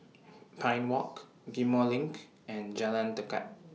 Pine Walk Ghim Moh LINK and Jalan Tekad